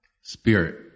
Spirit